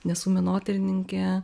nesu menotyrininkė